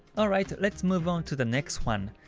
alright, let's move on to the next one.